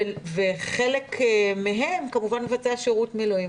וחלק מהם כמובן מבצע שירות מילואים.